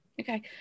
Okay